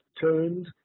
turned